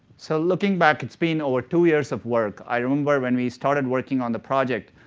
so looking back, it's been over two years of work. i remember when we started working on the project,